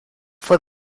fue